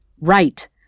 Right